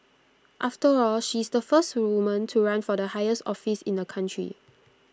after all she's the first woman to run for the highest office in the country